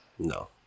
No